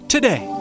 Today